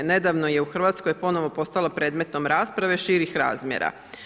Nedavno je u Hrvatskoj ponovo postalo predmetom rasprave širih razmjera.